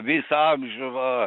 visą amžių va